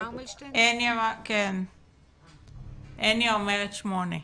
הניה אומרת שמונה.